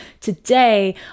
today